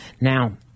Now